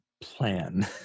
plan